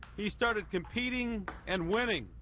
he started competing and winning.